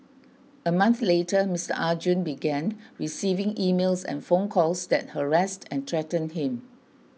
a month later Mister Arjun began receiving emails and phone calls that harassed and threatened him